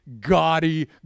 gaudy